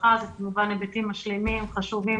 רווחה וכמובן היבטים משלימים חשובים